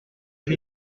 del